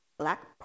Black